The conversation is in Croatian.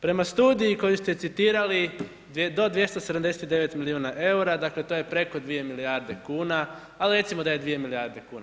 Prema studiji koju ste citirali do 279 milijuna eura, dakle to je preko 2 milijarde kuna, a recimo da je 2 milijarde kuna.